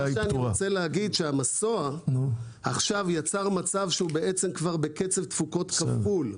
אני רוצה להגיד שהמסוע יצר מצב שהוא כבר בקצב תפוקות כפול.